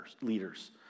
leaders